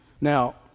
Now